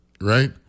right